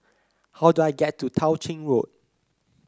how do I get to Tao Ching Road